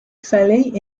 fallait